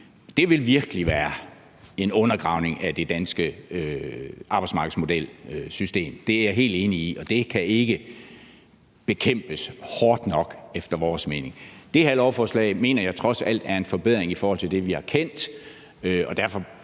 Det vil virkelig være en undergravning af den danske arbejdsmarkedsmodel. Det er jeg helt enig i, og det kan ikke bekæmpes hårdt nok efter vores mening. Det her lovforslag mener jeg trods alt er en forbedring i forhold til det, vi har kendt,